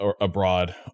abroad